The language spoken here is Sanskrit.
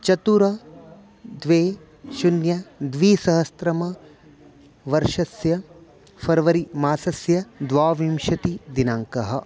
चत्वारि द्वे शून्यं द्विसहस्रतमवर्षस्य फ़र्वरिमासस्य द्वाविंशतिः दिनाङ्कः